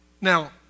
now